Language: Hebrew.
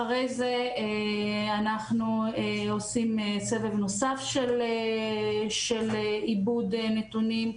אחרי זה, אנחנו עושים סבב נוסף של עיבוד נתונים,